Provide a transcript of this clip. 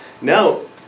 Now